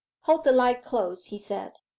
hold the light close he said.